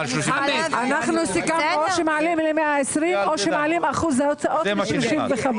אנחנו סיכמנו על או שמעלים ל-120 אלף או שמעלים אחוזי הוצאות ל-35.